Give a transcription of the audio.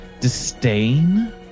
disdain